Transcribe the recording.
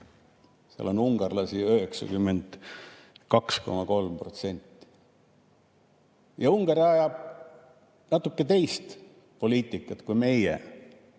on ungarlasi 92,3%. Ja Ungari ajab natuke teist poliitikat kui meie. Ükskõik,